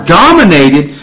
dominated